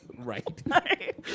right